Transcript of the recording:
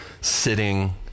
sitting